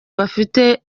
bafite